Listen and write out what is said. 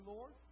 Lord